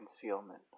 concealment